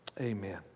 Amen